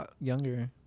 younger